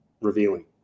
revealing